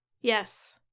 Yes